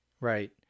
Right